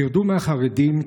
תרדו מהחרדים.